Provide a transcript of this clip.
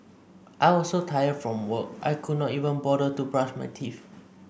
I was so tired from work I could not even bother to brush my teeth